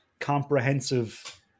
comprehensive